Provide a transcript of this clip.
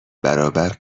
برابر